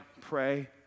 pray